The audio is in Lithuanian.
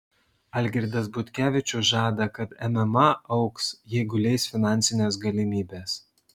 algirdas butkevičius žada kad mma augs jeigu leis finansinės galimybės